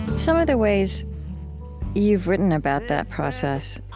some of the ways you've written about that process,